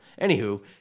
Anywho